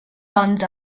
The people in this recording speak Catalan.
doncs